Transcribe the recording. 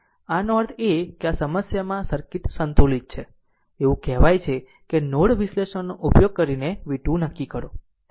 આનો અર્થ એ છે કે આ સમસ્યામાં સર્કિટ સંતુલિત છે એવું કહેવાય છે કે નોડ વિશ્લેષણનો ઉપયોગ કરીને v2 નક્કી કરો